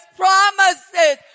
promises